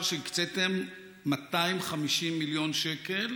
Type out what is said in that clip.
התברר לי דבר די מדהים, שבירושלים